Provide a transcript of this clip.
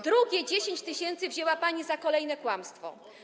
Drugie 10 tys. wzięła pani za kolejne kłamstwo.